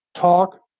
talk